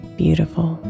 beautiful